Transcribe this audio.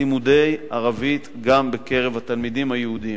לימודי ערבית גם בקרב התלמידים היהודים.